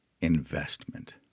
investment